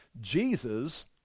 Jesus